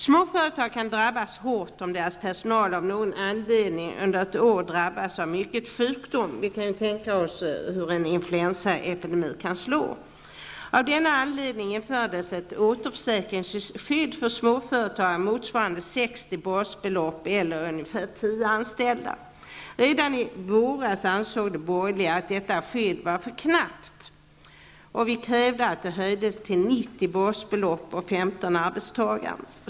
Småföretagen drabbas hårt om deras personal av någon anledning under ett år drabbas av mycket sjukdom. Vi kan tänka oss hur en influensaepidemi kan slå. Av denna anledning infördes ett återförsäkringsskydd för småföretagare motsvarande 60 basbelopp eller 10 anställda. Redan i våras ansåg de borgerliga att detta skydd var för knappt, och vi krävde att det höjdes till 90 basbelopp och 15 arbetstagare.